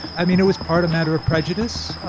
i mean, it was part a matter of prejudice,